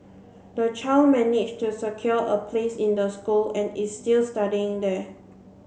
the child managed to secure a place in the school and is still studying there